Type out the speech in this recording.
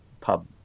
pub